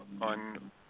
on